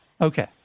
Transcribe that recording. Okay